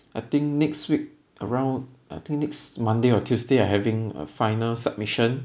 I think next week around I think next monday or tuesday I having a final submission